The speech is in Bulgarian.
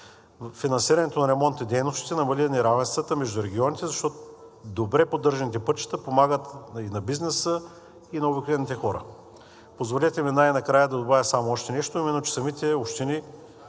Финансирането на ремонтните дейности ще намали неравенствата между регионите, защото добре поддържаните пътища помагат и на бизнеса, и на обикновените хора. Позволете ми най-накрая да добавя само още нещо, именно че самите общини